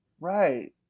Right